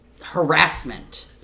harassment